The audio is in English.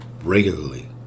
regularly